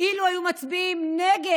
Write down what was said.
אילו הם לא היו מצביעים נגד